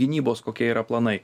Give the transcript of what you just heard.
gynybos kokie yra planai